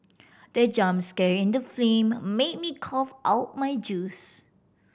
the jump scare in the film made me cough out my juice